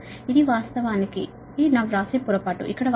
ఇది వాస్తవానికి ఇది నా వ్రాసే పొరపాటు ఇక్కడ వాస్తవానికి 8